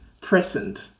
present